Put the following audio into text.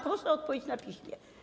Proszę odpowiedzieć na piśmie.